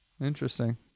Interesting